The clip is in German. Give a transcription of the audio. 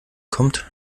kommt